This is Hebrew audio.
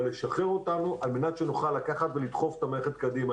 אבל לשחרר אותנו על מנת שנוכל לקחת ולדחוף את המערכת הקדימה.